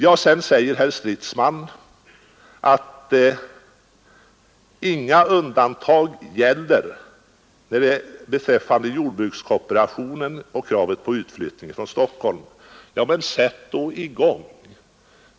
Herr Stridsman säger att inga undantag gäller för jordbrukskooperationen beträffande kravet på utflyttning från Stockholm. Ja, men sätt då i gång!